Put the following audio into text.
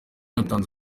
yatanze